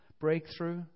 breakthrough